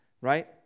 right